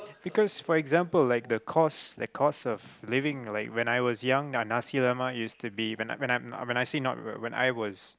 because for example like the cost the cost of living in like when I was young the Nasi-Lemak is to be when I when I when I see not when I was